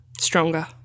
stronger